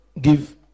give